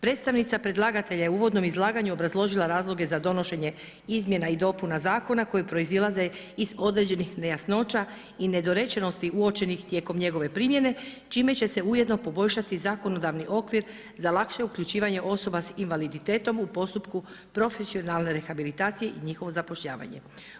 Predstavnica predlagatelja je u uvodnom izlaganju obrazložila razloge za donošenje izmjena i dopuna zakona koji proizlaze iz određenih nejasnoća i nedorečenosti uočenih tijekom njegove primjene, čime će se ujedno poboljšati zakonodavni okvir za lakše uključivanje osoba s invaliditetom u postupku profesionalne rehabilitacije i njihovog zapošljavanja.